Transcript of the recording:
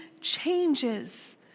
changes